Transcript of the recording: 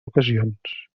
ocasions